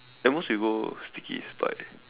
at most we go Bugis buy